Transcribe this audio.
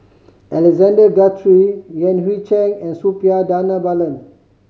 Alexander Guthrie Yan Hui Chang and Suppiah Dhanabalan